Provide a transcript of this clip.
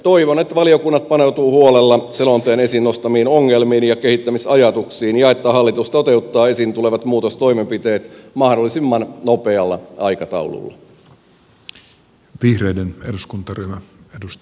toivon että valiokunnat paneutuvat huolella selonteon esiin nostamiin ongelmiin ja kehittämisajatuksiin ja että hallitus toteuttaa esiin tulevat muutostoimenpiteet mahdollisimman nopealla aikataululla